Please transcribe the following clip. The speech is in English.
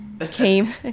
came